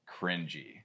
cringy